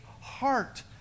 heart